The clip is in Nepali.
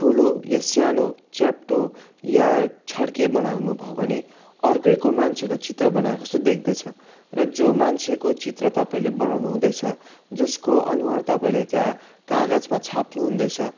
ठुलो या सानो च्याप्टो या छड्के बनाउनुभयो भने अर्कैको मान्छेको चित्र बनाएको जस्तै देख्दछ र जो मान्छेको चित्र तपाईँले बनाउनु हुँदैछ जसको अनुहार तपाईँले त्यहाँ कागजमा छाप्नु हुँदैछ